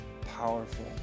powerful